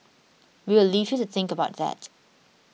we will leave you to think about that